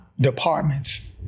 departments